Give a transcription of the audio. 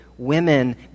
Women